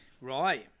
Right